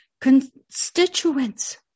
constituents